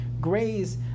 graze